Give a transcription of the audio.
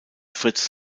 fritz